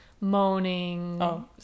moaning